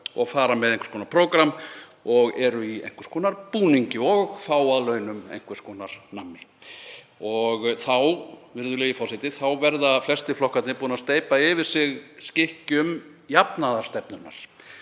og fara með einhvers konar prógramm og eru í einhvers konar búningi og fá að launum einhvers konar nammi. Þá, virðulegi forseti, verða flestir flokkarnir búnir að steypa yfir sig skikkjum jafnaðarstefnunnar